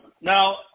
Now